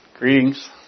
Greetings